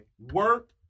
work